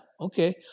okay